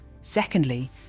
Secondly